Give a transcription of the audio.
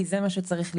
כי זה מה שצריך לקרות,